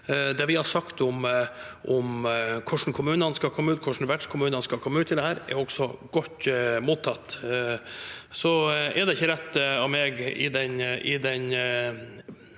Det vi har sagt om hvordan kommunene og vertskommunene skal komme ut av dette, er også godt mottatt. Det er ikke rett av meg i den